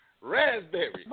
Raspberry